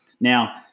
Now